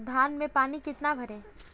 धान में पानी कितना भरें?